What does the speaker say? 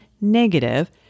negative